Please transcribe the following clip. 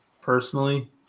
Personally